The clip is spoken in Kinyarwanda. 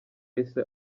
yahise